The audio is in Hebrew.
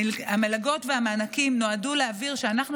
המלגות והמענקים נועדו להבהיר שאנחנו